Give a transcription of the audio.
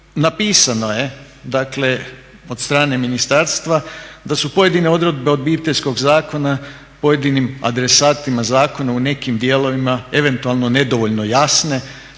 napisano je dakle od strane ministarstva da su pojedine odredbe Obiteljskog zakona pojedinim adresatima zakona u nekim dijelovima eventualno nedovoljno jasne,